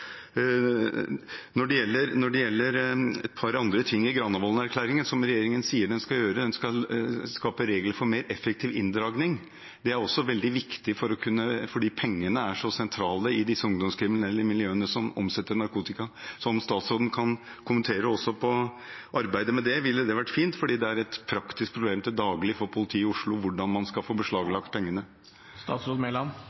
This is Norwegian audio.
i Granavolden-plattformen som regjeringen sier den skal gjøre, er å skape regler for mer effektiv inndragning. Det er også veldig viktig, fordi pengene er så sentrale i disse ungdomskriminelle miljøene som omsetter narkotika. Så om statsråden også kan kommentere arbeidet med det, ville det vært fint, for det er til daglig et praktisk problem for politiet i Oslo hvordan man skal få